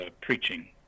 preaching